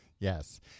Yes